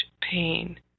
pain